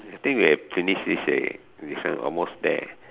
I think we have finished this already we almost there